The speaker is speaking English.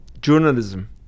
journalism